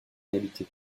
inhabitée